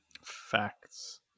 facts